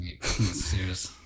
Serious